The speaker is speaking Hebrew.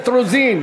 מפחדים?